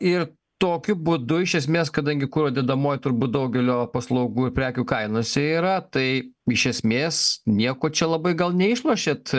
ir tokiu būdu iš esmės kadangi kuro dedamoji turbūt daugelio paslaugų ir prekių kainose yra tai iš esmės nieko čia labai gal neišlošėt